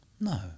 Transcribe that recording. No